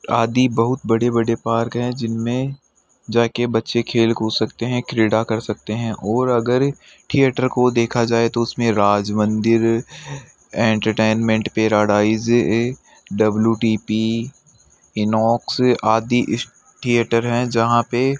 आदि बहुत बड़े बड़े पार्क हैं जिनमें जाकर बच्चे खेलकूद सकते हैं क्रीडा कर सकते हैं और अगर थियेटर को देखा जाए तो उसमें Raj Mandir entertainment paradise A W T P INOX आदि इस थियेटर हैं जहाँ पर